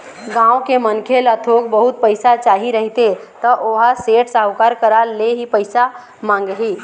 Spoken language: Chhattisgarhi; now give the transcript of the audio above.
गाँव के मनखे ल थोक बहुत पइसा चाही रहिथे त ओहा सेठ, साहूकार करा ले ही पइसा मांगही